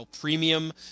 premium